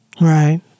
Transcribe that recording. Right